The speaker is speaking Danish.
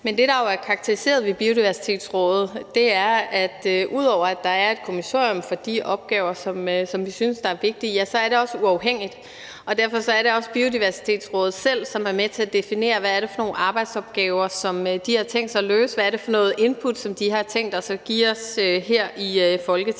på plads, men det, der jo karakteriserer Biodiversitetsrådet, er, at ud over at der er et kommissorium for de opgaver, som vi synes er vigtige, så er det uafhængigt. Derfor er det også Biodiversitetsrådet selv, som er med til at definere, hvad det er for nogle arbejdsopgaver, som de har tænkt sig at løse, og hvad det er for nogle input, de har tænkt sig at give os her i Folketinget.